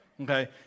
okay